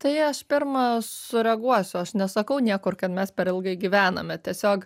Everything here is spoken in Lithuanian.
tai aš pirma sureaguosiu aš nesakau niekur kad mes per ilgai gyvename tiesiog